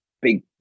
big